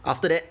after that